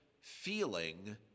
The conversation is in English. feeling